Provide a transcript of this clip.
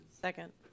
Second